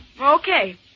Okay